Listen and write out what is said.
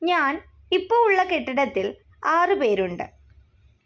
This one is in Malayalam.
ഞാൻ ഇപ്പോൾ ഉള്ള കെട്ടിടത്തിൽ ആറ് പേരുണ്ട്